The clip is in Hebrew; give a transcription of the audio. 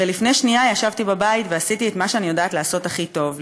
הרי לפני שנייה ישבתי בבית ועשיתי את מה שאני יודעת לעשות הכי טוב,